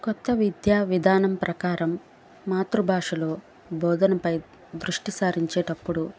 కొత్త విద్యా విధానం ప్రకారం మాతృభాషలో బోధనపై దృష్టి సారించేటప్పుడు